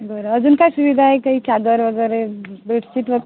बरं अजून काही सुविधा आहे काही चादर वगैरे बेडशीट वगैरे